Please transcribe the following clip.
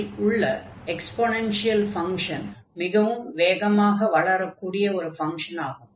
இதில் உள்ள exponential function மிகவும் வேகமாக வளரக்கூடிய ஒரு ஃபங்ஷன் ஆகும்